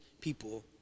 people